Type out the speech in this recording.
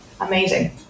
amazing